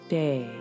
day